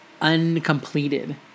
uncompleted